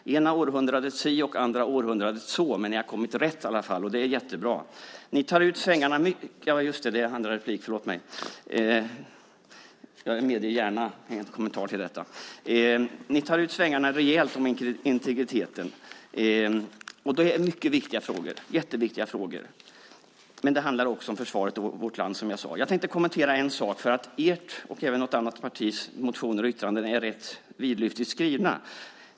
Det ena århundradet är det si och det andra århundradet så, men ni har kommit rätt i alla fall, och det är jättebra. Herr talman, jag medger gärna en kommentar till detta. Ni tar ut svängarna rejält om integriteten, och det här är jätteviktiga frågor, men det handlar också om försvaret och vårt land, som jag sade. Jag tänkte kommentera en sak. Ert och även något annat partis motioner och yttranden är rätt vidlyftigt skrivna.